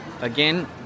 again